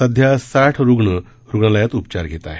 सध्या साठ रुग्ण रुग्णालयात उपचार घेत आहेत